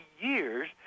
years